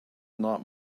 not